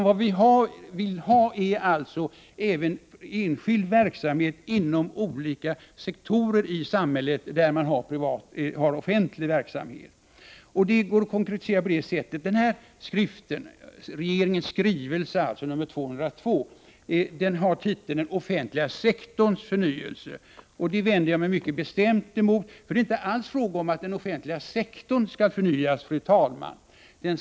Vad vi vill ha är alltså även enskild verksamhet inom olika sektorer i samhället där man har offentlig verksamhet. Det går att konkretisera på följande sätt. Regeringens skrivelse nr 202 har titeln Den offentliga sektorns förnyelse, och det vänder jag mig mycket bestämt mot. Fru talman! Det är inte alls fråga om att den offentliga sektorn skall förnyas.